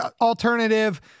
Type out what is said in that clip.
alternative